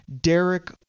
Derek